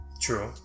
true